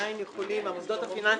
המוסדות הפיננסים,